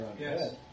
Yes